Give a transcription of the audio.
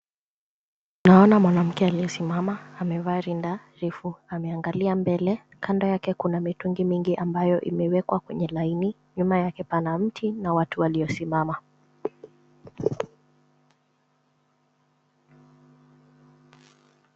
Naona mwanamke aliyesimama, amevaa rinda refu, ameangalia mbele. Kando yake kuna mitungi mingi ambayo imewekwa kwenye laini. Nyuma yake pana mti na watu waliosimama.